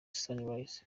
sunrise